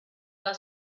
alla